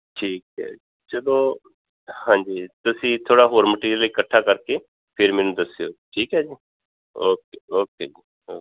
ਠੀਕ ਹੈ ਜਦੋਂ ਹਾਂਜੀ ਤੁਸੀਂ ਥੋੜ੍ਹਾ ਹੋਰ ਮਟੀਰੀਅਲ ਇਕੱਠਾ ਕਰਕੇ ਫਿਰ ਮੈਨੂੰ ਦੱਸਿਓ ਠੀਕ ਏ ਜੀ ਓਕੇ ਓਕੇ ਓ